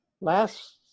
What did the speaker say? Last